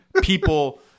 people